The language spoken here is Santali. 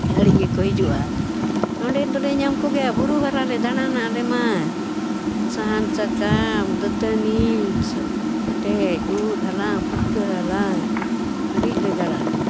ᱦᱟᱹᱲᱭᱟᱹ ᱜᱮᱠᱚ ᱦᱤᱡᱩᱜᱼᱟ ᱚᱸᱰᱮ ᱫᱚᱞᱮ ᱧᱟᱢ ᱠᱚᱜᱮᱭᱟ ᱵᱩᱨᱩ ᱜᱷᱟᱨᱟ ᱞᱮ ᱫᱟᱬᱟᱱᱟ ᱞᱮ ᱢᱟ ᱥᱟᱦᱟᱱ ᱥᱟᱠᱟᱢ ᱫᱟᱹᱛᱟᱹᱱᱤ ᱯᱮᱴᱮᱡ ᱩᱫ ᱦᱟᱞᱟᱝ ᱯᱩᱴᱠᱟᱹ ᱦᱟᱞᱟᱝ ᱟᱹᱰᱤ ᱞᱮ ᱫᱟᱬᱟᱱᱟ